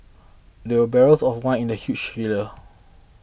there were barrels of wine in the huge cellar